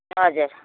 हजुर